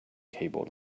keyboard